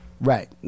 Right